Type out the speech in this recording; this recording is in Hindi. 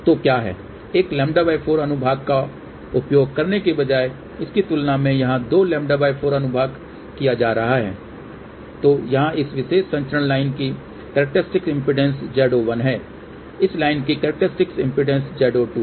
तो क्या है एक λ4 अनुभाग का उपयोग करने के बजाय इसकी तुलना में यहाँ दो λ4 अनुभाग किया जा रहा है तो यहाँ इस विशेष संचरण लाइन की कॅरक्टेरस्टिक्स इम्पीडेन्स Z01 है इस लाइन की कॅरक्टेरस्टिक्स इम्पीडेन्स Z02 है